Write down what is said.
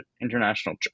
international